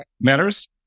matters